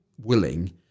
willing